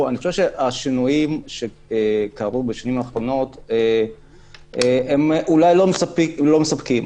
השינויים שקרו בשנים האחרונות הם אולי לא מספקים,